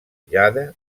jade